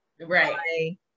Right